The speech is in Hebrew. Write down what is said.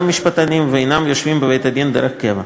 משפטנים ואינם יושבים בבית-הדין דרך קבע.